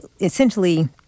essentially